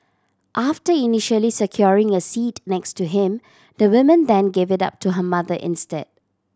after initially securing a seat next to him the woman then gave it up to her mother instead